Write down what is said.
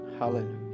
Hallelujah